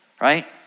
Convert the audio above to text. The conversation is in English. right